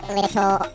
little